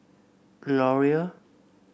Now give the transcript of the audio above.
L'Oreal